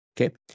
Okay